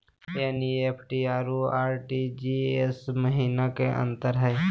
NEFT अरु RTGS महिना का अंतर हई?